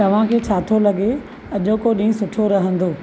तव्हां खे छा थो लॻे अॼोको ॾींहुं सुठो रहंदो